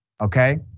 Okay